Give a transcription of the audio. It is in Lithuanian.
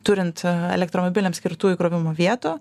turint elektromobiliams skirtų įkrovimo vietų